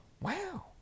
Wow